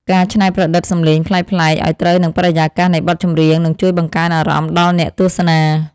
ការច្នៃប្រឌិតសំឡេងប្លែកៗឱ្យត្រូវនឹងបរិយាកាសនៃបទចម្រៀងនឹងជួយបង្កើនអារម្មណ៍ដល់អ្នកទស្សនា។